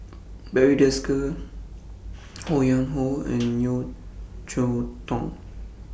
Barry Desker Ho Yuen Hoe and Yeo Cheow Tong